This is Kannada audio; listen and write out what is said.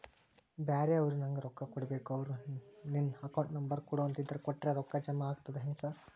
ಬ್ಯಾರೆವರು ನಂಗ್ ರೊಕ್ಕಾ ಕೊಡ್ಬೇಕು ಅವ್ರು ನಿನ್ ಅಕೌಂಟ್ ನಂಬರ್ ಕೊಡು ಅಂತಿದ್ದಾರ ಕೊಟ್ರೆ ರೊಕ್ಕ ಜಮಾ ಆಗ್ತದಾ ಹೆಂಗ್ ಸಾರ್?